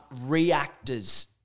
reactors